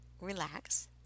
relax